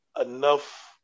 enough